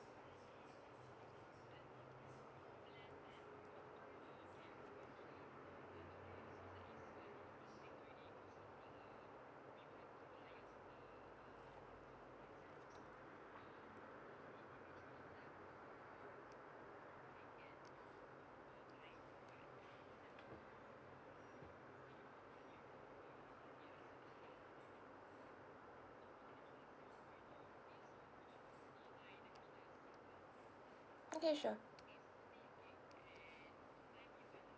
okay sure